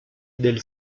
del